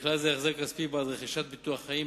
ובכלל זה החזר כספי בעד רכישת ביטוח חיים,